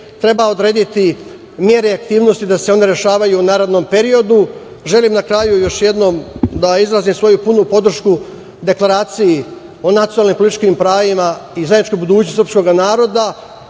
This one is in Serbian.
treba odrediti mere, aktivnosti da se ona rešavaju u narednom periodu. Želim još jednom, na kraju, da izrazim svoju punu podršku deklaraciji o nacionalnim i političkim pravima i zajedničkoj budućnosti srpskoga naroda.